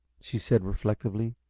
she said, reflectively.